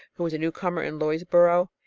who was a newcomer in lloydsborough.